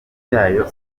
byayo